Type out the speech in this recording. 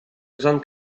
usando